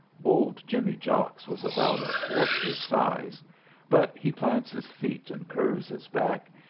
old jimmy jocks was about a fourth his size but he plants his feet and curves his back,